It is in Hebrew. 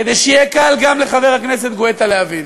כדי שיהיה קל גם לחבר הכנסת גואטה להבין.